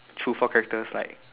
through four characters like